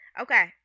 Okay